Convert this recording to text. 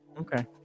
Okay